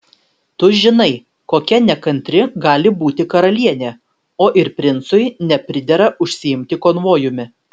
tu žinai kokia nekantri gali būti karalienė o ir princui nepridera užsiimti konvojumi